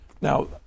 Now